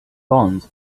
bond